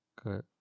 Good